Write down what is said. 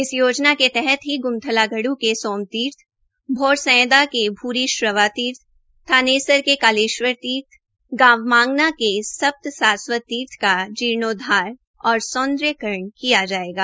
इस योजना के तहत ही गुमथला गढ़ के सोमतीर्थ और सैंयदा के भूरीश्रवा तीर्थ थानेसर के कालेश्वर तीर्थ गांव मांगना के सप्तसास्वत तीर्थ का जीर्णोद्घार और सौंदर्यकरण किया जाएगा